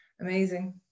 Amazing